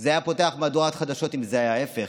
זה היה פותח מהדורת חדשות אם זה היה ההפך